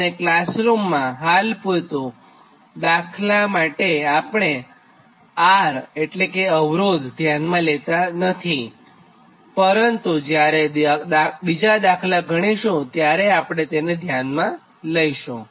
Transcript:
અને ક્લાસરૂમનાં હાલ પુરતું દાખલા માટે આપણે R ધ્યાનમાં લેતાં નથીપરંતુ જ્યારે બીજા દાખલા ગણીશું ત્યારે આપણે તેને ધ્યાને લઇશું